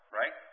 right